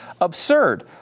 absurd